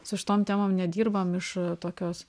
su šitom temom nedirbam iš tokios